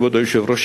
כבוד היושב-ראש,